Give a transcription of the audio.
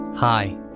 Hi